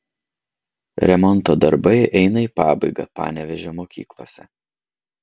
remonto darbai eina į pabaigą panevėžio mokyklose